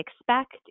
expect